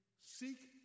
seek